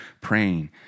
praying